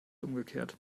umgekehrt